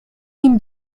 nim